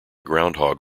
groundhog